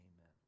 amen